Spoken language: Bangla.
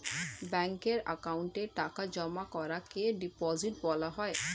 ব্যাঙ্কের অ্যাকাউন্টে টাকা জমা করাকে ডিপোজিট করা বলা হয়